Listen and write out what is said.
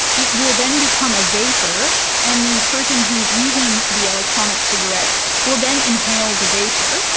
it will then become a vapour and the person who is using the electronic cigarette will then inhale the vapour.